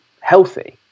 healthy